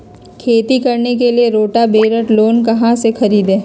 खेती करने के लिए रोटावेटर लोन पर कहाँ से खरीदे?